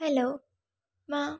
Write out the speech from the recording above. hello मां